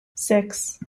six